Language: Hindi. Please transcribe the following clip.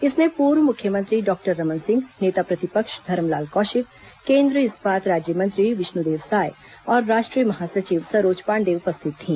इसमें पूर्व मुख्यमंत्री डॉक्टर रमन सिंह नेता प्रतिपक्ष धरमलाल कौशिक केन्द्रीय इस्पात राज्यमंत्री विष्णुदेव साय और राष्ट्रीय महासचिव सरोज पांडेय उपस्थित थी